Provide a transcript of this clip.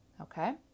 okay